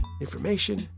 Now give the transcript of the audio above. information